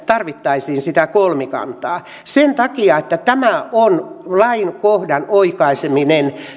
tarvittaisiin sitä kolmikantaa sen takia että tämä on lain kohdan oikaisemista